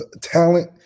talent